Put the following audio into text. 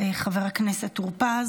חבר הכנסת טור פז.